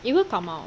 it will come out